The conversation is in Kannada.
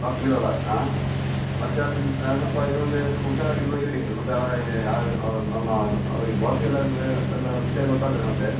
ಲಾಕ್ ಬೀಳೊಲ್ಲ ಹಾಂ ಮತ್ತು ಅದನ್ನ ಸ್ವಲ್ಪ ಇನ್ನು ಮುಂದೆ ಸ್ವಲ್ಪ ಹುಷಾರಾಗಿ ಇನ್ನು ಇರಿ ಮತ್ತು ಅವರಿಗೆ ಬಾಸಿಗೆಲ್ಲ ಅದು ಎಲ್ಲ ವಿಷಯ ಗೊತ್ತಾದರೆ ಮತ್ತೆ